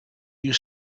you